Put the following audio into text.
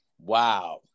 wow